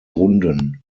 runden